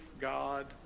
God